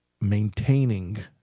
maintaining